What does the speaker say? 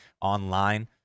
online